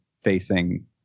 facing